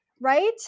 Right